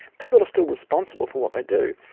people are still responsible for what they do,